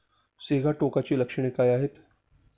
सिगाटोकाची लक्षणे काय आहेत?